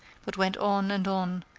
but went on and on,